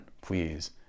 please